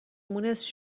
مونس